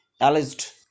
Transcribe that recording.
alleged